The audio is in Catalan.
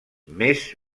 més